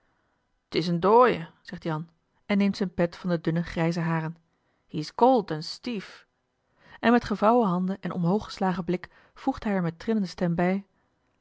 t is een dooie zegt jan en neemt zijne pet van de dunne grijze haren hie is kold en stief en met gevouwen handen en omhoog geslagen blik voegt hij er met trillende stem bij